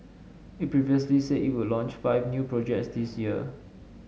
it previously said it would launch five new projects this year